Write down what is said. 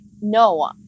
no